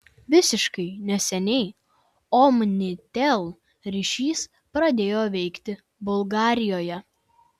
visiškai neseniai omnitel ryšis pradėjo veikti bulgarijoje